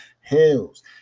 Hill's